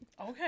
okay